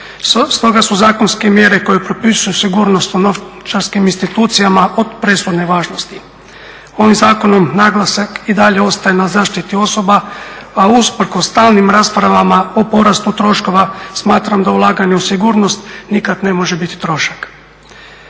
Stoga su zakonske mjere koje propisuju sigurnost o novčarskim institucijama od presudne važnosti. Ovim zakonom naglasak i dalje ostaje na zaštiti osoba, a usprkos stalnim raspravama o porastu troškova smatramo da ulaganje u sigurnost nikad ne može biti trošak.